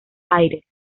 aires